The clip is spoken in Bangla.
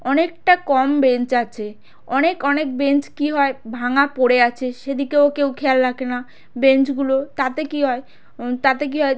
অনেকটা কম বেঞ্চ আছে অনেক অনেক বেঞ্চ কী হয় ভাঙা পড়ে আছে সেদিকেও কেউ খেয়াল রাখে না বেঞ্চগুলো তাতে কী হয় তাতে কী হয়